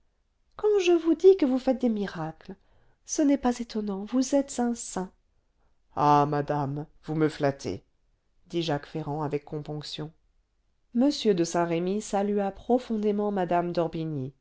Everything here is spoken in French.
quand je vous dis que vous faites des miracles ce n'est pas étonnant vous êtes un saint ah madame vous me flattez dit jacques ferrand avec componction m de saint-remy salua profondément mme